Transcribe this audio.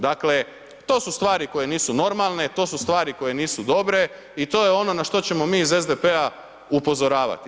Dakle to su stvari koje nisu normalne, to su stvari koje nisu dobre i to je ono na što ćemo mi iz SDP-a upozoravati.